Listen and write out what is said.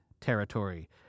territory